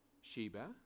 Sheba